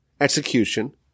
execution